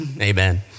Amen